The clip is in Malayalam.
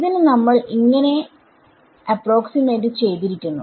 ന് നമ്മൾ ഇങ്ങനെ അപ്രോക്സിമേറ്റ് ചെയ്തിരിക്കുന്നു